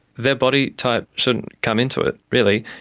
their body type shouldn't come into it really.